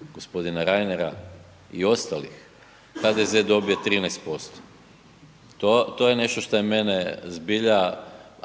g. Reinera i ostalih, HDZ dobije 13%. To, to je nešto što je mene zbilja,